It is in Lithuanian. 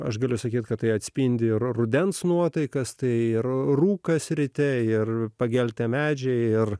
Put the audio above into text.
aš galiu sakyti kad tai atspindi rudens nuotaikas tai ir rūkas ryte ir pageltę medžiai ir